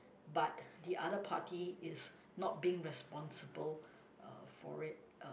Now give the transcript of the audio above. but the other party is not being responsible uh for it uh